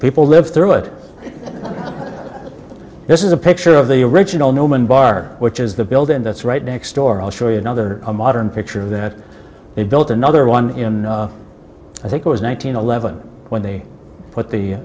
people live through it this is a picture of the original nomen bar which is the building that's right next door i'll show you another a modern picture of that they built another one in i think it was nine hundred eleven when they put the